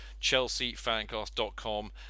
chelseafancast.com